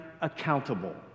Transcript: accountable